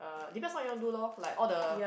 depends what you want do loh like all the